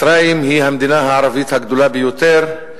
מצרים היא המדינה הערבית הגדולה ביותר,